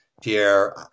Pierre